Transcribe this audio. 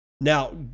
Now